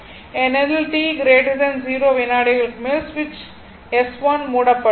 ஏனெனில் t 4 வினாடிகளுக்கு மேல் சுவிட்ச் S1 மூடப்பட்டுள்ளது